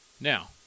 Now